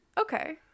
Okay